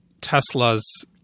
Tesla's